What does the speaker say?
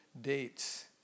dates